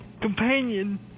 Companion